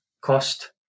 cost